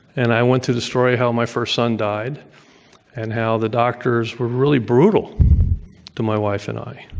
and i went to the story how my first son died and how the doctors were really brutal to my wife and i.